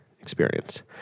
experience